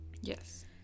Yes